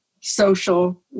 social